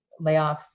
layoffs